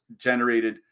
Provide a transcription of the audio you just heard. generated